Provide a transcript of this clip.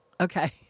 Okay